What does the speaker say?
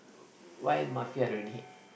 why mafia already